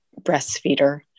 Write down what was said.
breastfeeder